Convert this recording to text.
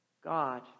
God